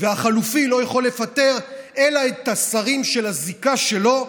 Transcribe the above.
והחלופי לא יכול לפטר אלא את השרים של הזיקה שלו.